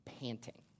panting